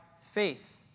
faith